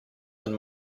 than